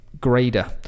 grader